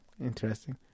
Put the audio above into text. Interesting